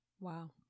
Wow